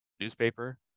newspaper